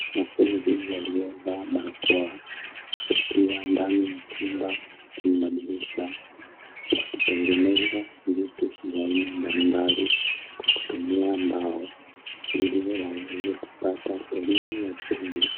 Wanafunzi waliyovaa barakoa wakiwa ndani ya chumba chenye madirisha wakitengeneza vitu vya aina mbalimbali kwa kutumia mbao ili waweze kupata elimu ya ufundi